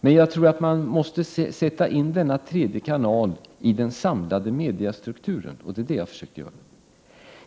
Jag tror att man måste sätta in denna tredje kanal i den samlade mediastrukturen. Detta har jag försökt göra.